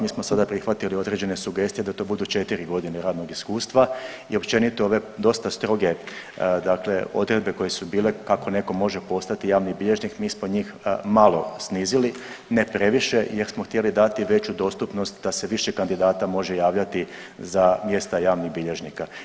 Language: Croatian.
Mi smo sada prihvatili određene sugestije da to budu četiri godine radnog iskustva i općenito ove dosta stroge, dakle odredbe koje su bile kako netko može postati javni bilježnik mi smo njih malo snizili ne previše jer smo htjeli dati veću dostupnost, da se više kandidata može javljati za mjesta javnih bilježnika.